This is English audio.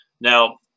Now